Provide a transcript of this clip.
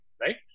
right